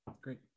great